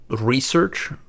research